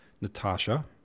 Natasha